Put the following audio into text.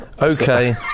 okay